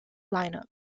lineup